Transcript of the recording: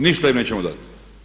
Ništa im nećemo dati.